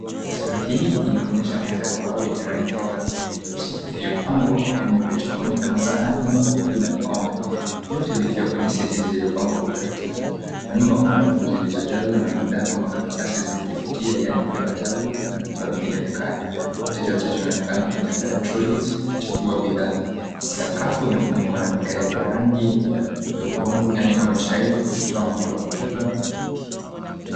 Taswira hii inaonyesha meza ya mbao yenye rangi ya kahawia, nyeusi iliyopangwa kwa vyombo vya jikoni kama sahani, bakuli na vikombe vyote vikiwa kwenye seti zililopangwa kwenye utaratibu. Kwa nyuma kuna rafu zilizojazwa na bidha kama makaratasi za kujifutia yaani paper towels na vifaa vingine vya kawaida. Wateja watatu wanaonekana wakitembea na trolleys wakichukua bidhaa, sakafu imefunikwa na vigae vya rangi ya udongo yaani orange tiles ikitoa mioto ya joto na urafiki